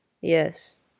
Yes